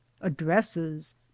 addresses